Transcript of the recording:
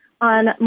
on